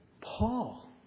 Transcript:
Paul